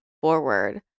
forward